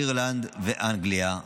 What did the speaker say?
אירלנד ואנגליה.